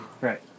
Right